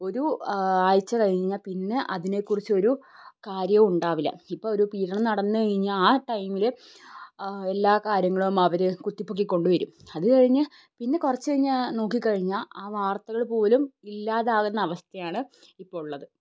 ഒരു ആഴ്ച കഴിഞ്ഞാൽ പിന്നെ അതിനെ കുറിച്ചു ഒരു കാര്യവും ഉണ്ടാവില്ല ഇപ്പം ഒരു പീഡനം നടന്നു കഴിഞ്ഞാൽ ആ ടൈമിൽ എല്ലാ കാര്യങ്ങളും അവർ കുത്തിപ്പൊക്കി കൊണ്ട് വരും അത് കഴിഞ്ഞു പിന്നെ കുറച്ചു കഴിഞ്ഞാൽ നോക്കിക്കഴിഞ്ഞാൽ ആ വാർത്തകൾ പോലും ഇല്ലാതാകുന്ന അവസ്ഥയാണ് ഇപ്പം ഉള്ളത്